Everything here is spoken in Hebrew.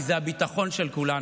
כי זה הביטחון של כולנו.